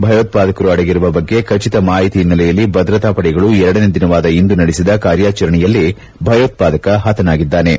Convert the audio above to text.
ಭಯೋತ್ವಾದಕರು ಅಡಗಿರುವ ಬಗ್ಗೆ ಖಚಿತ ಮಾಹಿತಿ ಹಿನ್ನೆಲೆಯಲ್ಲಿ ಭದ್ರತಾ ಪಡೆಗಳು ಎರಡನೇ ದಿನವಾದ ಇಂದು ನಡೆಸಿದ ಕಾರ್ಯಾಚರಣೆಯಲ್ಲಿ ಭಯೋತ್ವಾದಕ ಹತನಾಗಿದ್ದಾನೆ